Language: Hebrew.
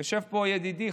יושב פה ידידי,